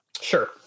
Sure